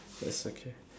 that's okay